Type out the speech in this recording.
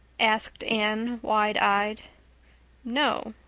asked anne wide-eyed. no.